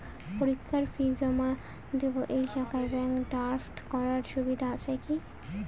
পরীক্ষার ফি জমা দিব এই শাখায় ব্যাংক ড্রাফট করার সুবিধা আছে কি?